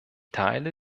teile